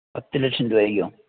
പത്ത് ലക്ഷം രൂപായ്ക്കോ